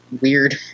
weird